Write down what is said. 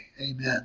Amen